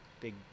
big